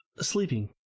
sleeping